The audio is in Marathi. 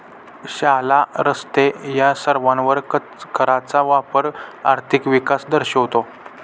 शाळा, रस्ते या सर्वांवर कराचा वापर आर्थिक विकास दर्शवतो